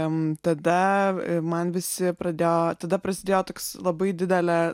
em tada man visi pradėjo tada prasidėjo toks labai didelė